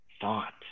thought